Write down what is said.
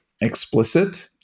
explicit